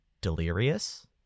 delirious